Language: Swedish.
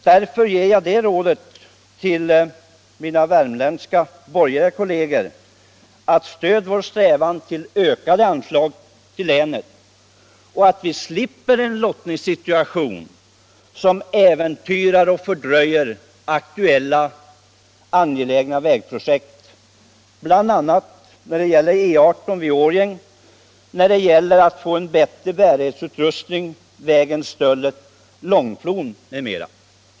Därför ger jag det rådet till mina värmländska borgerliga kolleger: Stöd vår strävan till ökade anslag till länet, så att vi slipper en lottningssituation som äventyrar och fördröjer aktuella angelägna vägprojekt när det gäller E 18 vid Årjäng, när det gäller att få ökad bärighetsupprustning för vägen Stöllet-Långflon m.m.